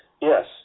Yes